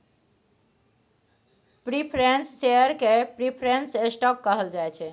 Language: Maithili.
प्रिफरेंस शेयर केँ प्रिफरेंस स्टॉक कहल जाइ छै